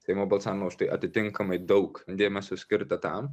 seimo balsavimą už tai atitinkamai daug dėmesio skirta tam